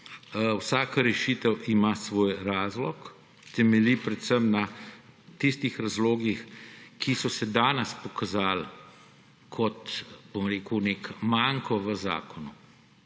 Vsaka rešitev ima svoj razlog, temelji predvsem na tistih razlogih, ki so se danes pokazali kot nek manko v zakonu.